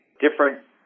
different